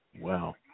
Wow